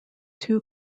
two